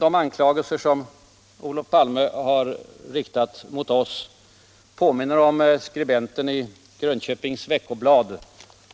De anklagelser som Olof Palme har riktat mot oss i regeringen påminner om vad som anförs i Grönköpings Veckoblad